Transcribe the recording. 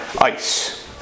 ice